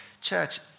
Church